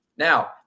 Now